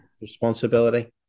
responsibility